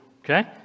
okay